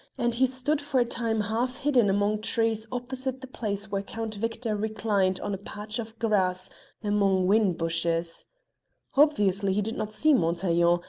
and he stood for a time half-hidden among trees opposite the place where count victor reclined on a patch of grass among whin-bushes. obviously he did not see montaiglon,